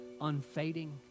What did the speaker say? unfading